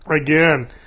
again